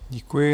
Děkuji.